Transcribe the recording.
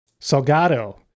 Salgado